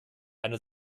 eine